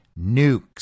nukes